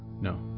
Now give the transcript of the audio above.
No